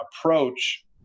approach